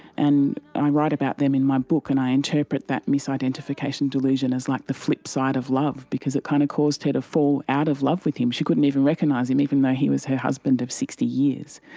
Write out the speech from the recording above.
and i write about them in my book and i interpret that misidentification delusion as like the flip side of love because it kind of caused her to fall out of love with him, she couldn't even recognise him, even though he was her husband of sixty years.